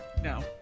No